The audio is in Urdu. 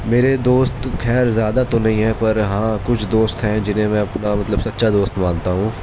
میرے دوست خیر زیادہ تو نہیں ہیں پر ہاں کچھ دوست ہیں جنہیں میں اپنا مطلب سچا دوست مانتا ہوں